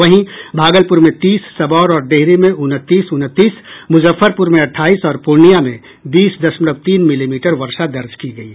वहीं भागलपुर में तीस सबौर और डिहरी में उनतीस उनतीस मुजफ्फरपुर में अठाईस और पूर्णियां में बीस दशमलव तीन मिलीमीटर वर्षा दर्ज की गयी